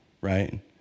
right